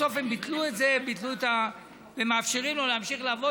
בסוף הם ביטלו את זה ומאפשרים לו להמשיך לעבוד,